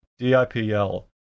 DIPL